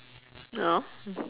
no